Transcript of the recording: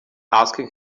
asking